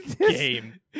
game